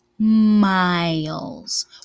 miles